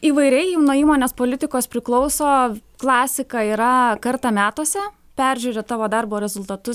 įvairiai nuo įmonės politikos priklauso klasika yra kartą metuose peržiūrėt tavo darbo rezultatus